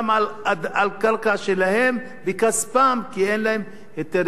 קרקע שלהם בכספם כי אין להם היתר בנייה,